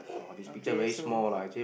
okay so